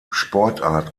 sportart